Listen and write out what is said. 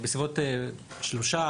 בסביבות שלושה,